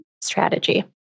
strategy